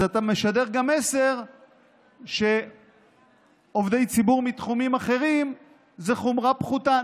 אז אתה משדר מסר שעובדי ציבור מתחומים אחרים זה חומרה פחותה,